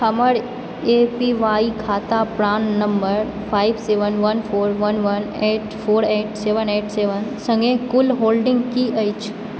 हमर A P Y खाता PRAN number five seven one four one one eight four eight seven eight seven सङ्गे कुल holding की अछि